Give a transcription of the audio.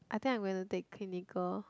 I think I going to take clinical